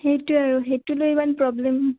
সেইটোৱে আৰু সেইটো লৈ ইমান প্ৰব্লেম